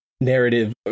narrative